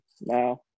now